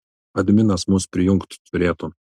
adminas mus prijungt turėtų